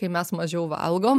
kai mes mažiau valgom